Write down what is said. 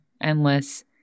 endless